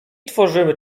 tworzymy